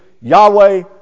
Yahweh